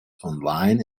online